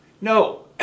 No